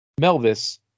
Melvis